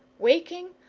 waking,